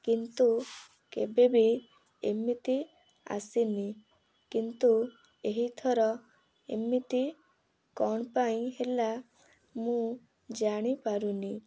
କିନ୍ତୁ କେବେ ବି ଏମିତି ଆସିନି କିନ୍ତୁ ଏହି ଥର ଏମିତି କ'ଣ ପାଇଁ ହେଲା ମୁଁ ଜାଣିପାରୁନି